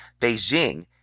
Beijing